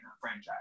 franchise